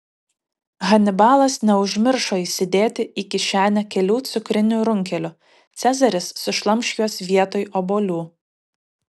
hanibalas neužmiršo įsidėti į kišenę kelių cukrinių runkelių cezaris sušlamš juos vietoj obuolių